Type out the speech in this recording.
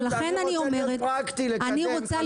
אני רוצה להיות פרקטי ולקדם חלופות.